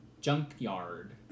Junkyard